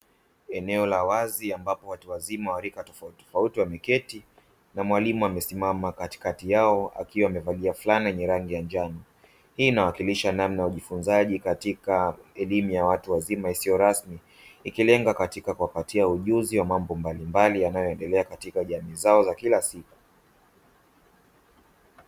Eneo la wazi ambapo watu wazima wa rika tofauti tofauti wameketi na mwalimu amesimama katikati yao akiwa amevalia fulana yenye rangi ya njano, hii inawakilisha namna ya ujifunzaji katika elimu ya watu wazima isiyo rasmi ikilenga katika kuwapatia ujuzi wa mambo mbalimbali yanayoendelea katika jamii zao za kila siku.